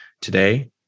today